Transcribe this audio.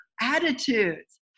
attitudes